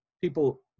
people